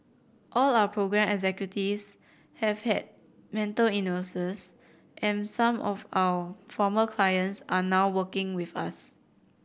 all our programme executives have had mental illness and some of our former clients are now working with us